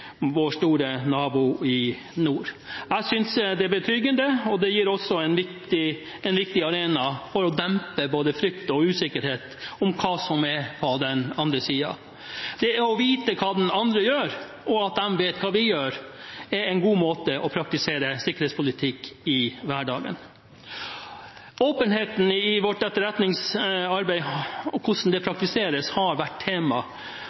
vår store nabo i nord. Jeg synes det er betryggende, og det er også en viktig arena for å dempe både frykt og usikkerhet om hva som er på den andre siden. Å vite hva den andre gjør, og at de vet hva vi gjør, er en god måte å praktisere sikkerhetspolitikk på i hverdagen. Åpenheten i vårt etterretningsarbeid og hvordan det praktiseres, har vært tema